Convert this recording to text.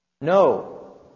No